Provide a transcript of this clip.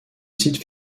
site